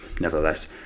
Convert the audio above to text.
nevertheless